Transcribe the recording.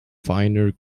finer